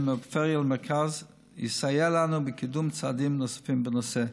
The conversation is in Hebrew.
הפריפריה למרכז יסייע לנו בקידום צעדים נוספים בנושא.